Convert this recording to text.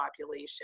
population